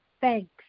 thanks